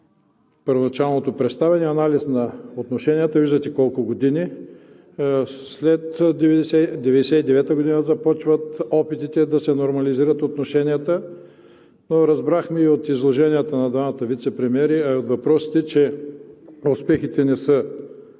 първоначалното представяне анализ на отношенията – виждате колко години, след 1999 г. започват опитите да се нормализират отношенията. Разбрахме и от изложението на двамата вицепремиери, а и от въпросите, че успехите не са